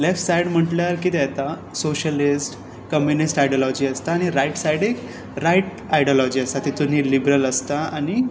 left side म्हणल्यार कितें येता सोशलिस्ट कम्युनिस्ट आयडलॉजी आसता आनी रायट सायडीक रायट आयडलॉजी आसा तातूंत न्हय लिबरल आसता आनी